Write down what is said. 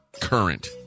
current